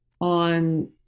on